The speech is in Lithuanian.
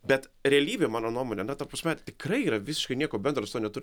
bet realybė mano nuomone na ta prasme tikrai yra visiškai nieko bendro su tuo neturi